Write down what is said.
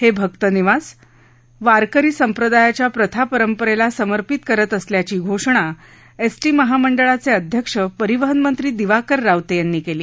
हे भक्त निवास वारकरी संप्रदायाच्या प्रथा परंपरेला समर्पित करत असल्याची घोषणा एसटी महामंडळाचे अध्यक्ष परिवहन मंत्री दिवाकर रावते यांनी केली